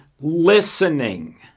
listening